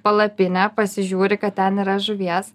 palapinę pasižiūri kad ten yra žuvies